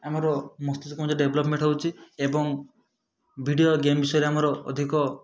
ଆମର ମସ୍ତିଷ୍କ ମଧ୍ୟ ଡେଭଲପମେଣ୍ଟ ହେଉଛି ଏବଂ ଭିଡ଼ିଓ ଗେମ୍ ବିଷୟରେ ଆମର ଅଧିକ